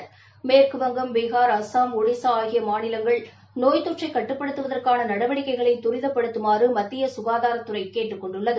நோய் மேற்குவங்கும் பீகார் அஸ்ஸாம் ஒடிஸா ஆகிய மாநிலங்கள் கட்டுப்படுத்துவதற்கான நடவடிக்கைகளை தரிதப்படுத்தமாறு மத்திய சுகாதாரத்துறை கேட்டுக் கொண்டுள்ளது